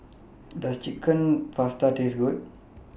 Does Chicken Pasta Taste Good